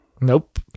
Nope